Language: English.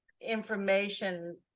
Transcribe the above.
information